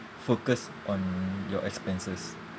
focus on your expenses